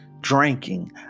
drinking